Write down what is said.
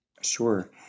Sure